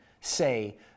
say